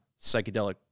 psychedelic